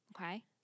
Okay